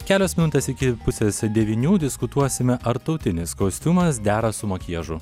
kelios minutės iki pusės devynių diskutuosime ar tautinis kostiumas dera su makiažu